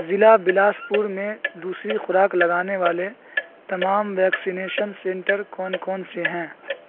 ضلع بلاسپور میں دوسری خوراک لگانے والے تمام ویکسینیشن سینٹر کون کون سے ہیں